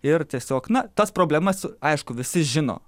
ir tiesiog na tas problemas aišku visi žino